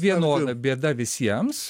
vienoda bėda visiems